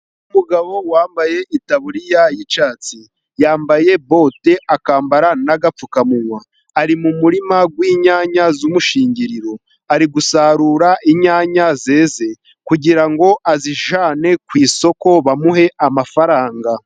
Umugabo wambaye itaburiya y'icyatsi. Yambaye bote, akambara n'agapfukamunwa. Ari mu murima w'inyanya z'umushingiriro. Ari gusarura inyanya zeze, kugira ngo azijyane ku isoko bamuhe amafaranga.